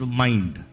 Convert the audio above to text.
mind